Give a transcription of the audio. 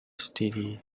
std